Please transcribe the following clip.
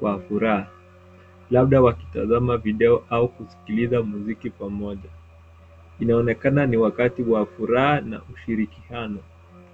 kwa furaha labda watizama video au kusikiliza muziki pamoja. Inaoenekana ni wakati wa furaha na ushirikiano.